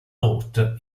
roth